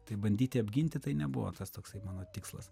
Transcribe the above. tai bandyti apginti tai nebuvo tas toksai mano tikslas